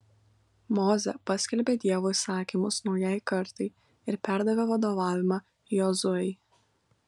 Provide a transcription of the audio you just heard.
mozė paskelbė dievo įsakymus naujai kartai ir perdavė vadovavimą jozuei